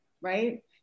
right